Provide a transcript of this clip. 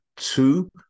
two